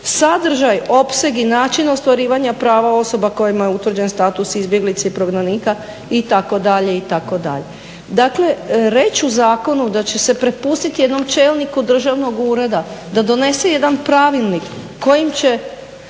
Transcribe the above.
sadržaj, opseg i način ostvarivanja prava osoba kojima je utvrđen status izbjeglice i prognanika itd. itd. Dakle, reći u zakonu da će se prepustiti jednom čelniku državnog ureda da donese jedan pravilnik kojim će